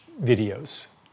videos